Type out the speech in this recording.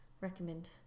recommend